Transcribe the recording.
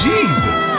Jesus